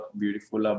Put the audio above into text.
beautiful